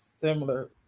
similar